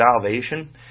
salvation